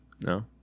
No